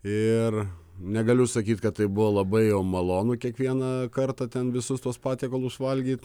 ir negaliu sakyt kad tai buvo labai jau malonu kiekvieną kartą ten visus tuos patiekalus valgyt